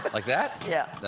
but like that? yeah.